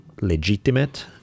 legitimate